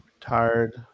Tired